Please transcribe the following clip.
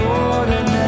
ordinary